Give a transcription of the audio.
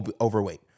overweight